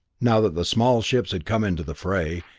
now that the small ships had come into the fray,